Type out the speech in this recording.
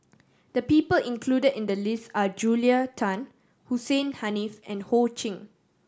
the people included in the list are Julia Tan Hussein Haniff and Ho Ching